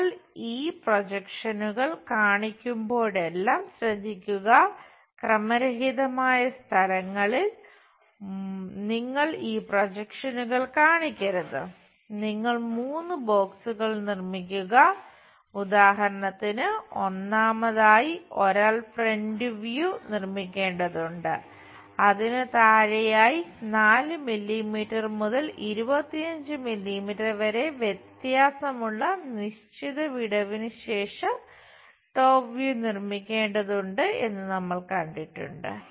നിങ്ങൾ ഈ പ്രൊജക്ഷനുകൾ നിർമ്മിക്കേണ്ടതുണ്ട് എന്ന് നമ്മൾ കണ്ടിട്ടുണ്ട്